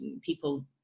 people